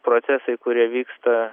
procesai kurie vyksta